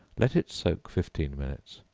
let it soak fifteen minutes,